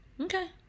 Okay